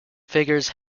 figures